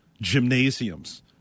gymnasiums